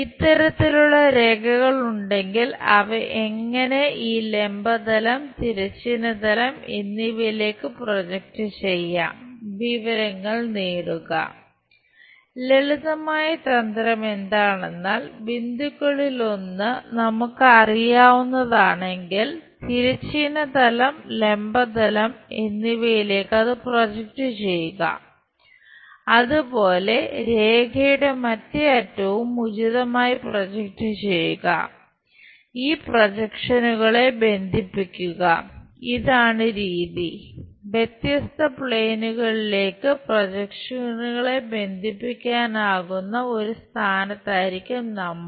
ഇത്തരത്തിലുള്ള രേഖകൾ ഉണ്ടെങ്കിൽ അവ എങ്ങനെ ഈ ലംബ തലം തിരശ്ചീന തലം എന്നിവയിലേക്ക് പ്രൊജക്റ്റ് ബന്ധിപ്പിക്കാനാകുന്ന ഒരു സ്ഥാനത്തായിരിക്കും നമ്മൾ